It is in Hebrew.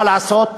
מה לעשות?